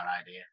idea